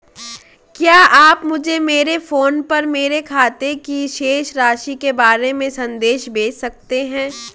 क्या आप मुझे मेरे फ़ोन पर मेरे खाते की शेष राशि के बारे में संदेश भेज सकते हैं?